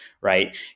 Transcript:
right